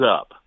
up